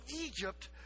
Egypt